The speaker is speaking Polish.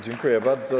Dziękuję bardzo.